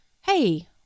hey